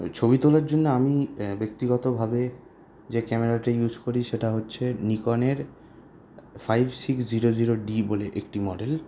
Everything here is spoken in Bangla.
ওই ছবি তোলার জন্য আমি ব্যক্তিগতভাবে যে ক্যামেরাটি ইউজ করি সেটা হচ্ছে নিকনের five six zero zero D বলে একটি মডেল